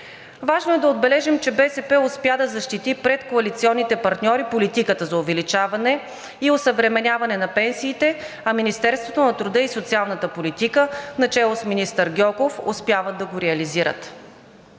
Важно е да отбележим, че БСП успя да защити пред коалиционните партньори политиката за увеличаване и осъвременяване на пенсиите, а Министерството на труда и социалната политика, начело с министър Гьоков, успяват да го реализират.